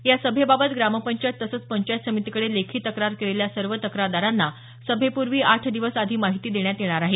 या सभेबाबत ग्रामपंचायत तसंच पंचायत समितीकडे लेखी तक्रार केलेल्या सर्व तक्रारदारांना सभेपूर्वी आठ दिवस आधी माहिती देण्यात येणार आहे